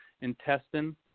Intestine